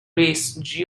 race